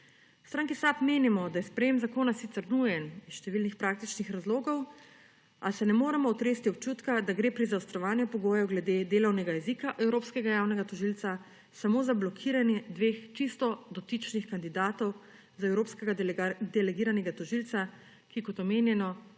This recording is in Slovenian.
stranki SAB menimo, da je sprejem zakona sicer nujen iz številnih praktičnih razlogov, a se ne moremo otresti občutka, da gre pri zaostrovanju pogojev glede delovnega jezika evropskega javnega tožilca samo za blokiranje dveh čisto dotičnih kandidatov za evropskega delegiranega tožilca, ki kot omenjeno,